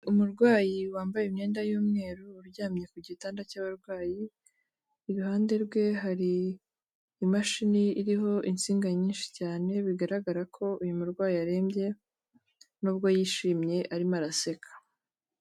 Umurwayi wambaye imyenda y'umweru uryamye ku gitanda cy'abarwayi, iruhande rwe hari imashini iriho insinga nyinshi cyane, bigaragara ko uyu murwayi arembye nubwo yishimye arimo araseka.